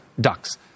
Ducks